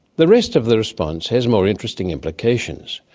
the rest of the response has more interesting implications.